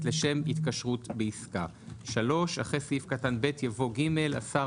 לשם התקשרות בעסקה."; (3)אחרי סעיף קטן (ב) יבוא: "(ג)השר,